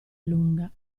lunga